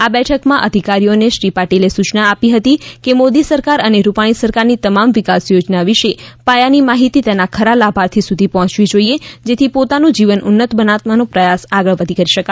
આ બેઠકમાં અધિકારીઓએને શ્રી પાટિલે સૂયના આપી હતી કે મોદી સરકાર અને રૂપાણી સરકારની તમામ વિકાસ થોજના વિષે પાયાની માહિતી તેના ખરા લાભાર્થી સુધી પહોંચવી જોઈએ જેથી પોતાનું જીવન ઉન્નત બનાવવાનો પ્રયાસ કરી આગળ વધી શકે